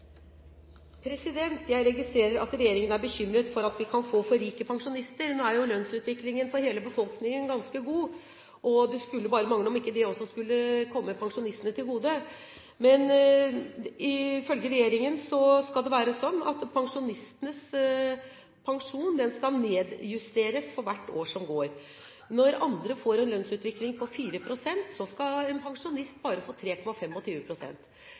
Jeg registrerer at regjeringen er bekymret for at vi kan få for rike pensjonister. Lønnsutviklingen for hele befolkningen er jo ganske god, så det skulle bare mangle om ikke det også skulle komme pensjonistene til gode. Men ifølge regjeringen skal det være slik at pensjonistenes pensjon skal nedjusteres for hvert år som går. Når andre får en lønnsutvikling på 4 pst., skal en pensjonist bare få